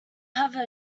have